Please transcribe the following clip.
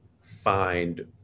find